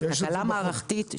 תקלה מערכתית?